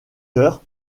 heures